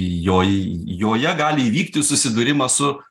joj joje gali įvykti susidūrimas su